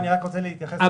אני רק רוצה להתייחס.